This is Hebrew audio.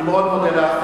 אני מאוד מודה